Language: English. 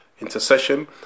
Intercession